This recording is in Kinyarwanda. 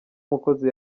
umukozi